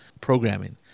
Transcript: programming